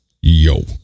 Yo